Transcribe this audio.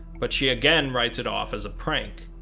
but she again writes it off as a prank.